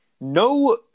No